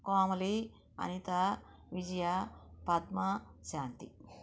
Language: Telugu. కోమలీ అనితా విజయా పద్మా శాంతి